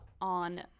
on